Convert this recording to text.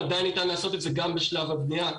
עדיין ניתן לעשות את זה גם בשלב הבנייה.